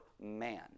man